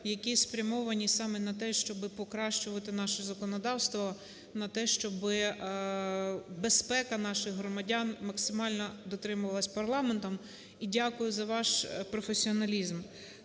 які спрямовані саме на те, щоб покращувати наше законодавство, на те, щоби безпека наших громадян максимально дотримувалась парламентом. І дякую за ваш професіоналізм.